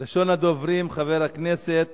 ראשון הדוברים, חבר הכנסת